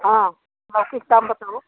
हाँ ऑफिस काम बताओ